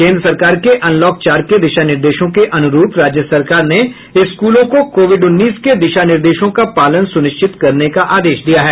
केन्द्र सरकार के अनलॉक चार के दिशा निर्देशों के अनुरूप राज्य सरकार ने स्कूलों को कोविड उन्नीस के दिशा निर्देशों का पालन सुनिश्चित करने का आदेश दिया है